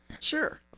Sure